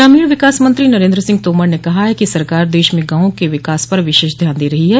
ग्रामीण विकास मंत्री नरेन्द्र सिंह तोमर ने कहा है कि सरकार देश में गांवों के विकास पर विशेष ध्यान दे रही है